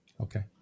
okay